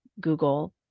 Google